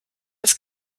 als